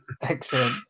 Excellent